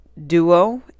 duo